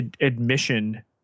admission